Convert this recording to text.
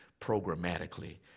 programmatically